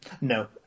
No